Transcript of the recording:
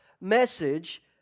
message